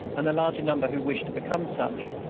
and a larger number who wished to become such,